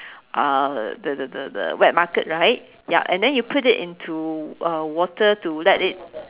uh the the the the wet market right ya and then you put it into uh water to let it